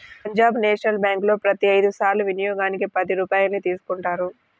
Punjab national బ్యేంకులో ప్రతి ఐదు సార్ల వినియోగానికి పది రూపాయల్ని తీసుకుంటారు